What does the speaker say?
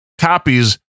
copies